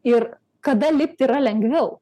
ir kada lipti yra lengviau